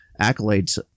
accolades